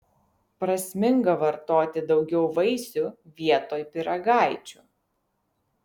prasminga vartoti daugiau vaisių vietoj pyragaičių